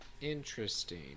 Interesting